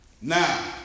now